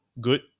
good